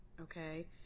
Okay